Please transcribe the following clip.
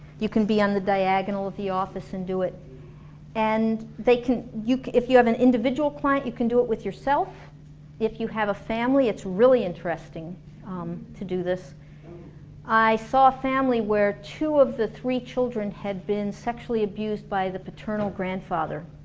you can be on the diagonal of the office and do it and they can if you have an individual client you can do it with yourself if you have a family it's really interesting to do this i saw a family where two of the three children had been sexually abused by the paternal grandfather